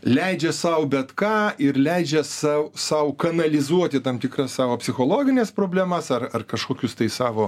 leidžia sau bet ką ir leidžia sau sau kanalizuoti tam tikras savo psichologines problemas ar ar kažkokius tai savo